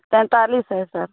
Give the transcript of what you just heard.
तैंतालीस है सर